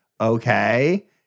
okay